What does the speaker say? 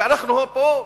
ואנחנו פה,